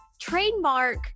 trademark